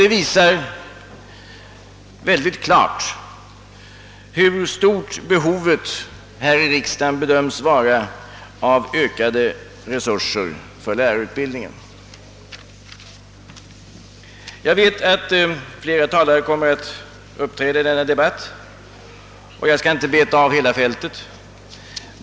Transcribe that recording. Det visar klart hur stort riksdagen bedömer behovet vara av ökade resurser för lärarutbildningen. Jag vet att flera talare kommer att uppträda i denna debatt, och jag skall inte beta av hela fältet.